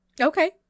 Okay